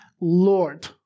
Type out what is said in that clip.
Lord